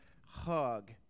hug